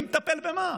מי מטפל במה,